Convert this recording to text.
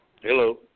Hello